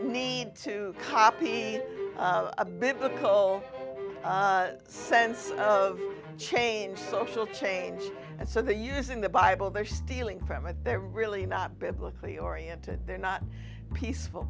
need to copy a biblical sense of change social change and so they're using the bible they're stealing from it they're really not biblically oriented they're not peaceful